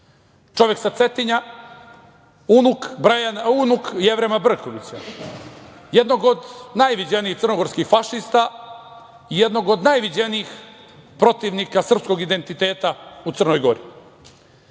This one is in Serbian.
čovek sa Cetinja, unuk Jevrema Brkovića, jednog od najviđenijih crnogorskih fašista i jednog od najviđenijih protivnika srpskog identiteta u Crnoj Gori. Kada